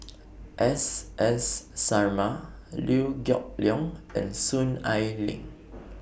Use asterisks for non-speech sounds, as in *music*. *noise* S S Sarma Liew Geok Leong and Soon Ai Ling